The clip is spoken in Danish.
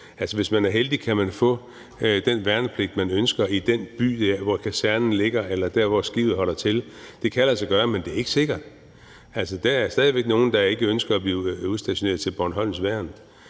hvis man er heldig, kan man få den værnepligt, man ønsker, i den by, hvor kasernen ligger, eller der, hvor skibet holder til. Det kan lade sig gøre, men det er ikke sikkert. Der er stadig væk nogle, der ikke ønsker at blive udstationeret til Bornholms Værn